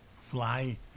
fly